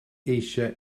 eisiau